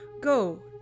Go